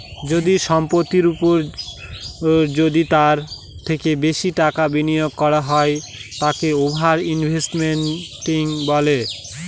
যদি সম্পত্তির ওপর যদি তার থেকে বেশি টাকা বিনিয়োগ করা হয় তাকে ওভার ইনভেস্টিং বলে